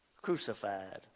crucified